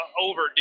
overdue